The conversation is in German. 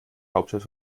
hauptstadt